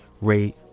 rate